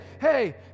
hey